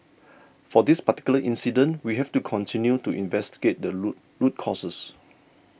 for this particular incident we have to continue to investigate the root causes